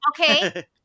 okay